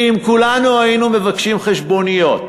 כי אם כולנו היינו מבקשים חשבוניות,